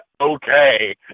okay